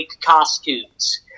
costumes